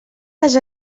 les